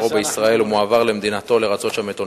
בישראל ומועבר למדינתו לרצות שם את עונשו.